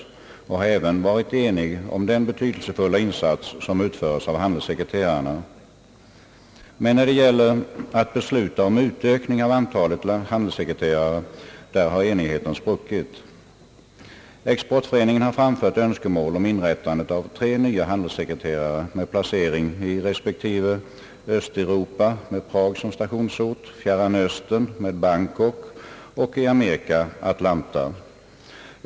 Man har också i utskottet varit ense om den betydelsefulla insats som handelssekreterarna utför. Men när det gällt att besluta om utökning av antalet handelssekreterare har enigheten spruckit. Exportföreningen har framfört önskemål om tre nya handelssekreterare med placering i respektive Östeuropa , Fjärran Östern och sydöstra delen av Amerikas förenta stater .